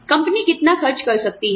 company कितना खर्च कर सकती है